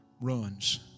runs